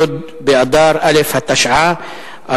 י' באדר א' התשע"א,